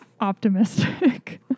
optimistic